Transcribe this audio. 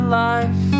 life